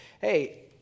hey